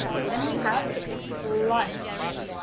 then we have lunch,